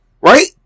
Right